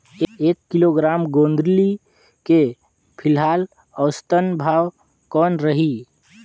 एक किलोग्राम गोंदली के फिलहाल औसतन भाव कौन रही?